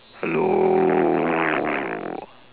hello